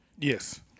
Yes